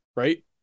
Right